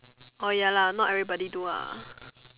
orh ya lah not everybody do ah